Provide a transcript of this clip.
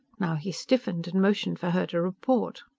now he stiffened and motioned for her to report.